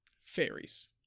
fairies